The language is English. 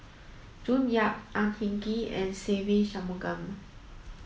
June Yap Ang Hin Kee and Se Ve Shanmugam